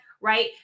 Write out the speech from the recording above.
Right